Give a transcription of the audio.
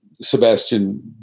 Sebastian